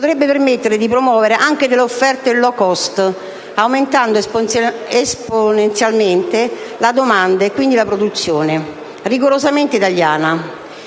potrebbe permettere di promuovere anche delle offerte low cost, aumentando esponenzialmente la domanda e quindi la produzione, rigorosamente italiana.